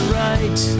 right